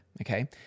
okay